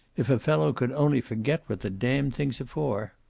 if a fellow could only forget what the damned things are for!